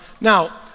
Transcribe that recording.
now